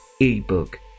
ebook